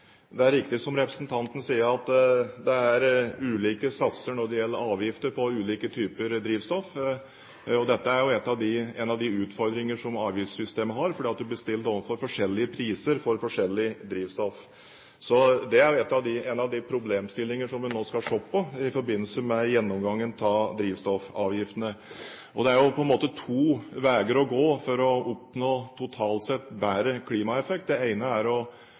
Det er riktig, som representanten sier, at det er ulike satser når det gjelder avgifter på ulike typer drivstoff. Dette er jo en av de utfordringer som avgiftssystemet har, fordi du blir stilt overfor forskjellige priser på forskjellig drivstoff. Så det er en av de problemstillinger som vi nå skal se på i forbindelse med gjennomgangen av drivstoffavgiftene. Det er to veier å gå for å oppnå totalt sett bedre klimaeffekt. Det ene alternativet er å